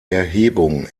erhebung